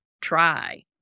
try